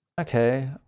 Okay